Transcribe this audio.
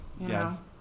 Yes